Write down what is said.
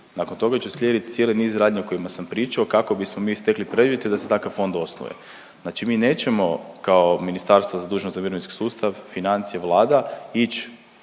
Nakon toga će slijediti cijeli niz radnji o kojima sam pričao kako bismo mi stekli preduvjete da se takav fond osnuje. Znači mi nećemo kao ministarstvo zaduženo za mirovinski sustav, financije Vlada ići